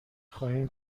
خواهیم